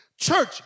Church